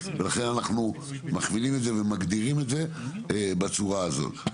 ולכן אנחנו מכווינים את זה ומגדירים את זה בצורה הזאת,